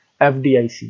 FDIC